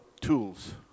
tools